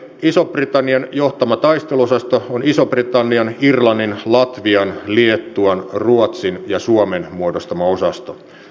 ison britannian johtama taisteluosasto on ison britannian irlannin latvian liettuan ruotsin ja suomen muodostama osasto